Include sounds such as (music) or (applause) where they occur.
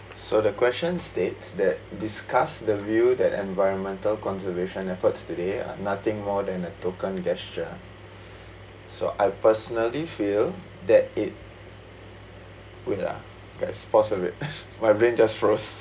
so the question states that discuss the view that environmental conservation efforts today are nothing more than a token gesture so I personally feel that it wait ah get a pause of it (coughs) my brain just froze